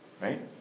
Right